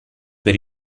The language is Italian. per